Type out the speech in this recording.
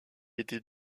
était